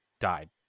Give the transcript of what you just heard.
died